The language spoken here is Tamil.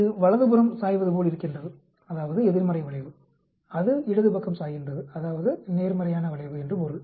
இது வலதுபுறம் சாய்வதுபோல் இருக்கின்றது அதாவது எதிர்மறை வளைவு அது இடது பக்கம் சாய்கின்றது அதாவது இது நேர்மறையான வளைவு என்று பொருள்